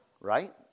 right